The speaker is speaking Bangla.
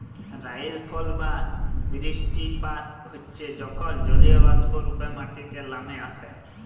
রাইলফল বা বিরিস্টিপাত হচ্যে যখল জলীয়বাষ্প রূপে মাটিতে লামে আসে